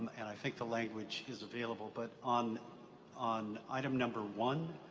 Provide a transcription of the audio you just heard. and i think the language is available. but on on item number one,